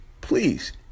please